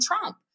Trump